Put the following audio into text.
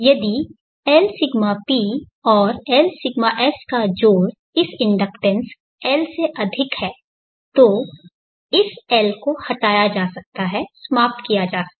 यदि Lσp और Lσs का जोड़ इस इंडक्टेंस L से अधिक है तो इस L को हटाया जा सकता है समाप्त किया जा सकता है